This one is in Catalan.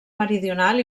meridional